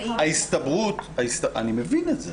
ההסתברות ------ אמצעי --- אני מבין את זה.